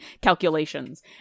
calculations